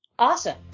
awesome